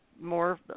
more